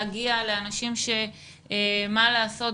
להגיע לאנשים שמה לעשות,